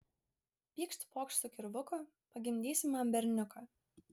pykšt pokšt su kirvuku pagimdysi man berniuką